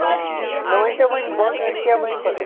آ مےٚ ؤنۍ تَو وۄنۍ باقِیَس کیٛاہ بَنہِ پَتہٕ